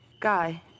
Guy